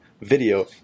video